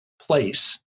place